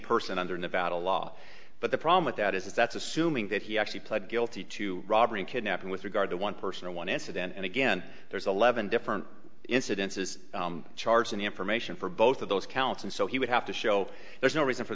person under nevada law but the problem with that is that's assuming that he actually pled guilty to robbery kidnapping with regard to one person in one incident and again there's a leaven different incidences charge in the information for both of those counts and so he would have to show there's no reason for